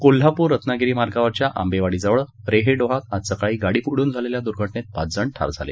कोल्हापूर रत्नागिरीमार्गावरच्या आंबेवाडीजवळ रेडे डोहात आज सकाळी गाडी बुड्रन झालेल्या दुर्घटनेत पाच जण ठार झाले